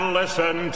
listen